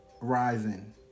rising